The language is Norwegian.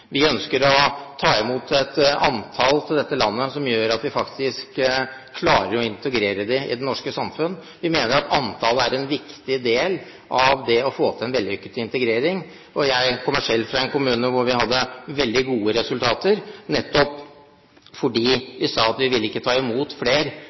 Vi ønsker å ta imot et antall til dette landet som gjør at vi klarer å integrere dem i det norske samfunn. Vi mener at antallet er en viktig del av det å få til en vellykket integrering. Jeg kommer selv fra en kommune hvor vi hadde veldig gode resultater, nettopp